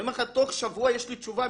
תוך שבוע יש לי תשובה,